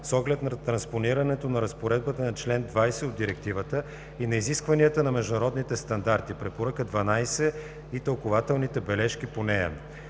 с оглед на транспонирането на разпоредбата на чл. 20 от Директивата и на изискванията на международните стандарти – Препоръка 12 и тълкувателните бележки по нея.